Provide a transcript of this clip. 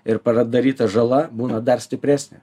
ir padaryta žala būna dar stipresnė